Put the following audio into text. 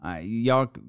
y'all